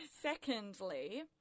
Secondly